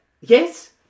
Yes